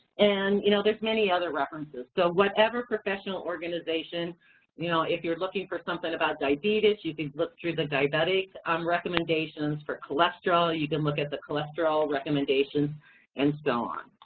and you know, there's many other references. so whatever professional organization, you know, if you're looking for something about diabetes, you could look through the diabetic um recommendations for cholesterol, you could look at the cholesterol recommendations and so on.